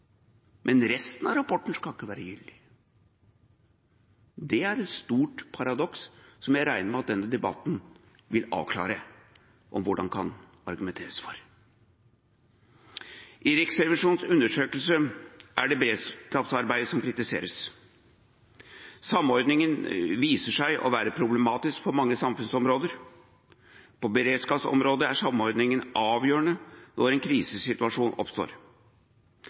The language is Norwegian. men resten av rapporten skal ikke være gyldig. Det er et stort paradoks som jeg regner med at denne debatten vil avklare. I Riksrevisjonens undersøkelse er det beredskapsarbeidet som kritiseres. Samordningen viser seg å være problematisk på mange samfunnsområder. På beredskapsområdet er samordning avgjørende når en krisesituasjon oppstår.